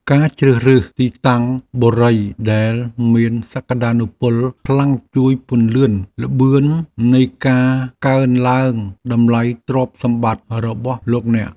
ការជ្រើសរើសទីតាំងបុរីដែលមានសក្តានុពលខ្លាំងជួយពន្លឿនល្បឿននៃការកើនឡើងតម្លៃទ្រព្យសម្បត្តិរបស់លោកអ្នក។